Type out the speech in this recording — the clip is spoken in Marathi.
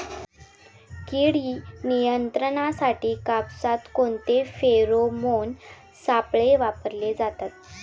कीड नियंत्रणासाठी कापसात कोणते फेरोमोन सापळे वापरले जातात?